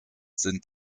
sind